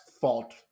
fault